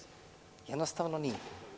Jednostavno nije.